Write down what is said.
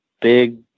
big